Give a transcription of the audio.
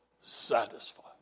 satisfied